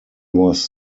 was